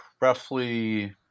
roughly